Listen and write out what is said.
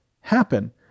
happen